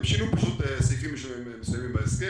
הם שינו פשוט סעיפים מסוימים בהסכם